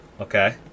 Okay